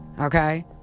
Okay